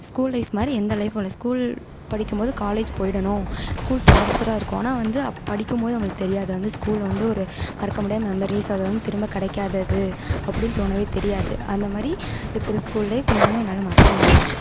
school life மாதிரி எந்த லைஃப்பும் இல்லை ஸ்கூல் படிக்கும்போது காலேஜ் போய்விடணும் ஸ்கூல் டார்ச்சராக இருக்கும் ஆனால் வந்து படிக்கும்போது நம்மளுக்குத் தெரியாது அது வந்து ஸ்கூல் வந்து ஒரு மறக்க முடியாத மெமரீஸ் அது வந்து திரும்ப கிடைக்காது அது அப்படினு தோணவே தெரியாது அந்தமாதிரி இருக்கிற ஸ்கூல் லைஃப் இன்னுமும் என்னால் மறக்கமுடியாது